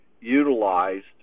utilized